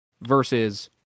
versus